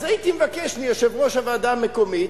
הייתי מבקש מיושב-ראש הוועדה המקומית,